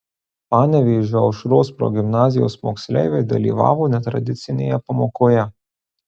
panevėžio aušros progimnazijos moksleiviai dalyvavo netradicinėje pamokoje